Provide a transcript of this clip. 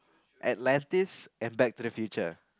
Atlantis and Back to the Future